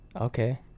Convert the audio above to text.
okay